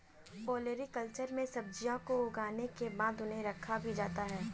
olericulture में सब्जियों को उगाने के बाद उन्हें रखा भी जाता है